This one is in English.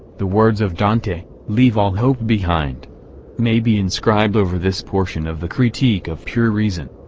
the words of dante, leave all hope behind may be inscribed over this portion of the critique of pure reason.